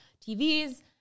TVs